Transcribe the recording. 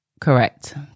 correct